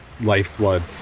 lifeblood